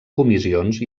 comissions